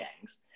gangs